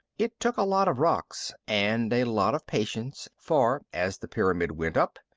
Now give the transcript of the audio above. it took a lot of rocks and a lot of patience, for as the pyramid went up,